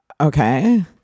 Okay